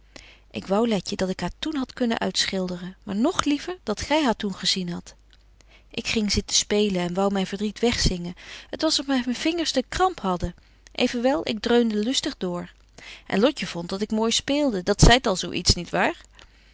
ik wou letje dat ik haar toen had kunnen uitschilderen maar nog liever dat gy haar toen gezien hadt ik ging zitten spelen en wou myn verdriet weg zingen t was of myn vingers de kramp hadden evenwel ik dreunde lustig door en lotje vondt dat ik mooi speelde dat zeit al zo iets niet waar